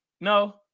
no